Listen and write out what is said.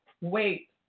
wait